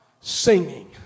singing